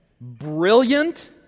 Brilliant